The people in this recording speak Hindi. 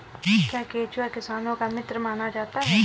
क्या केंचुआ किसानों का मित्र माना जाता है?